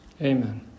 Amen